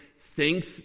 thinks